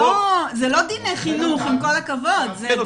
אני הוזמתי